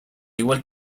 igual